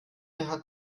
hat